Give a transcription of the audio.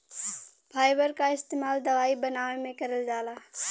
fibre क इस्तेमाल दवाई बनावे में करल जाला